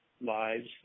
lives